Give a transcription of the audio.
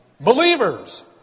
Believers